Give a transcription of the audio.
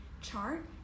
chart